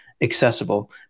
accessible